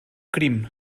crim